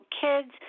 kids